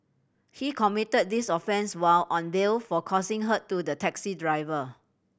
he committed this offence while on there for causing hurt to the taxi driver